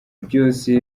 byose